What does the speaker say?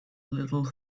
little